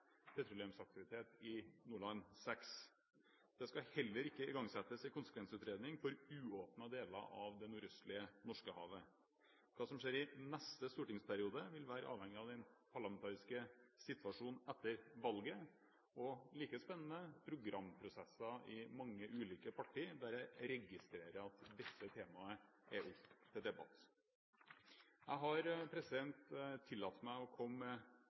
petroleumsaktivitet i Nordland VI. Det skal heller ikke igangsettes en konsekvensutredning for uåpnede deler av det nordøstlige Norskehavet. Hva som skjer i neste stortingsperiode, vil være avhengig av den parlamentariske situasjonen etter valget og – like spennende – programprosesser i mange ulike parti, der jeg registrerer at dette temaet er oppe til debatt. Jeg har tillatt meg å komme